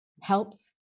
helps